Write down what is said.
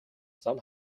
зам